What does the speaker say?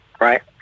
Right